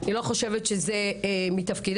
אני לא חושבת שזה מתפקידנו,